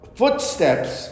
footsteps